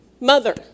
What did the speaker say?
mother